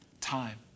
time